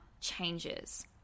changes